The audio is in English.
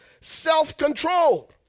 self-control